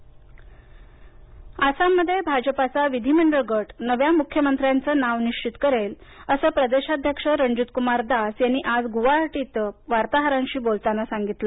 आसाम आसाममध्ये भाजपाचा विधिमंडळ गट नव्या मुख्यमंत्र्याचं नाव निश्वित कारे असं प्रदेशाध्यक्ष रणजीत कुमार दास यांनी आज गुवाहाटी इथं वार्ताहरांशी बोलताना सागितलं